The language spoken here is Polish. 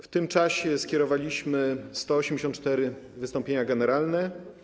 W tym czasie skierowaliśmy 184 wystąpienia generalne.